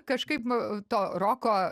kažkaip nu to roko